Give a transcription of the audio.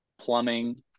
plumbing